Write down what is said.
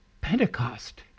Pentecost